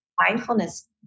mindfulness